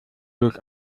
durch